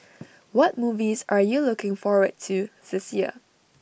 what movies are you looking forward to this year